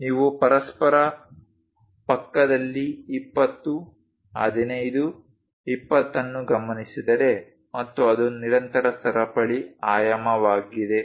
ನೀವು ಪರಸ್ಪರರ ಪಕ್ಕದಲ್ಲಿ 20 15 20 ಅನ್ನು ಗಮನಿಸಿದರೆ ಮತ್ತು ಅದು ನಿರಂತರ ಸರಪಳಿ ಆಯಾಮವಾಗಿದೆ